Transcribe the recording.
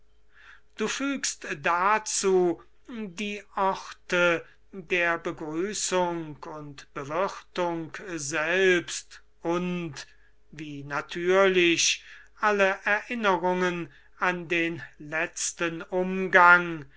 du fügst dazu die orte der begrüßung und bewirthung selbst und wie natürlich alle erinnerungen an den letzten umgang